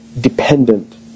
dependent